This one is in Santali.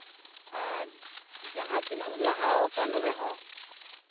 ᱟᱨ ᱡᱟᱦᱟᱸᱛᱤᱱᱟᱹᱜ ᱞᱟᱦᱟᱣᱟᱠᱟᱱ ᱨᱮᱦᱚᱸ